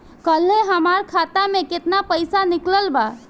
काल्हे हमार खाता से केतना पैसा निकलल बा?